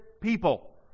people